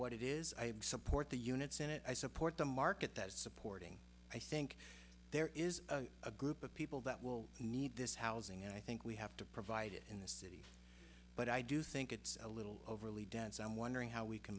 what it is i support the units in it i support the market that is supporting i think there is a group of people that will need this housing and i think we have to provide it in this but i do think it's a little overly dense i'm wondering how we can